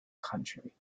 country